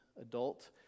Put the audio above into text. adult